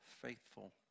faithful